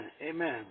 Amen